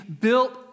built